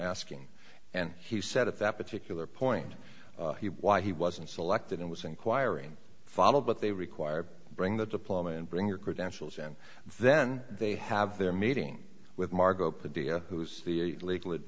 asking and he said at that particular point why he wasn't selected and was inquiring follow but they require bring the diploma and bring your credentials and then they have their meeting with margot